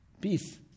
peace